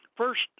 First